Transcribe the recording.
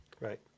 right